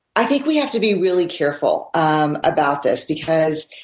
i think we have to be really careful um about this because